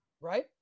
Right